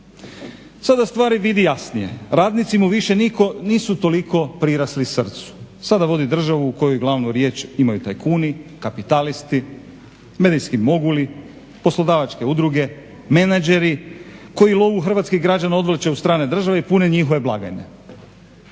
Sada stvari vidi jasnije. Radnici mu više nisu toliko prirasli srcu. Sada vodi državu u kojoj glavnu riječ imaju tajkuni, kapitalisti, medijski moguli, poslodavačke udruge, menadžeri koji lovu hrvatskih građana odvlače u strane države i pune njihove blagajne.